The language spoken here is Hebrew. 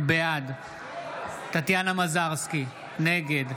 בעד טטיאנה מזרסקי, נגד